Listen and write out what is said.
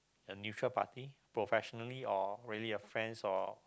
the neutral party professionally or really a friends or